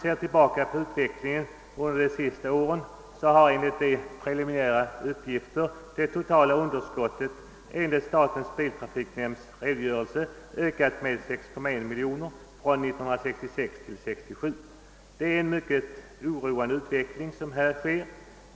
Ser man tillbaka på utvecklingen under de senaste åren finner man att enligt preliminära uppgifter från statens biltrafiknämnd har det totala underskottet ökat med 6,1 miljoner kronor från 1966 till 1967. Denna utveckling är mycket oroande.